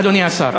אדוני השר?